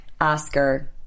Oscar